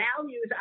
values